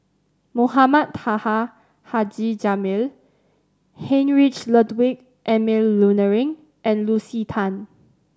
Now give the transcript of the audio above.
Mohamed Taha Haji Jamil Heinrich Ludwig Emil Luering and Lucy Tan